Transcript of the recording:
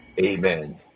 Amen